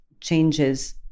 changes